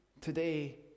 today